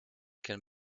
can